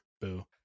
boo